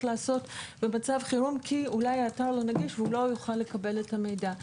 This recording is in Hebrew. לעשות במצב חירום כי אולי האתר לא נגיש והוא לא יוכל לקבל את המידע.